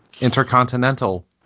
intercontinental